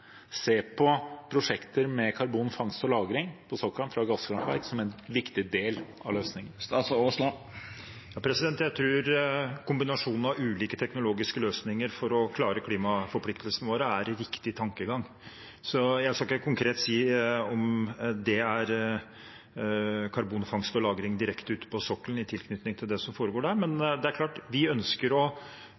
se på prosjekter med karbonfangst og -lagring på sokkelen fra gasskraftanlegg som en viktig del av løsningen? Jeg tror kombinasjonen av ulike teknologiske løsninger for å klare klimaforpliktelsene våre er riktig tankegang, så skal jeg ikke si noe mer konkret om karbonfangst og lagring direkte ute på sokkelen i tilknytning til det som foregår der. Men vi ønsker å være tydelige på at vi ønsker å